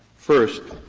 first,